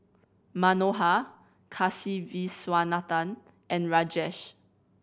Manohar Kasiviswanathan and Rajesh